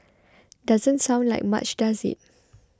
doesn't sound like much does it